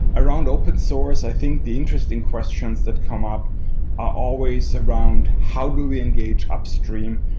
around open source i think the interesting questions that come up are always around how do we engage upstream?